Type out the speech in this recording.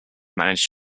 managed